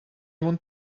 want